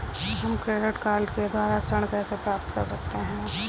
हम credit card के द्वारा ऋण कैसे प्राप्त कर सकते हैं?